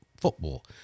football